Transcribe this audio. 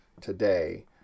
today